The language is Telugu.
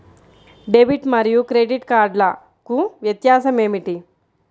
డెబిట్ మరియు క్రెడిట్ కార్డ్లకు వ్యత్యాసమేమిటీ?